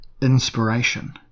inspiration